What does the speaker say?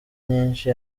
nyinshi